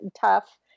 tough